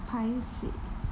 paiseh